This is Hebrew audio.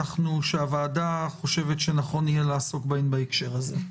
שהוועדה חושבת שנכון יהיה לעסוק בהן בהקשר הזה.